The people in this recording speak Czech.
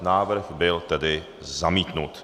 Návrh byl tedy zamítnut.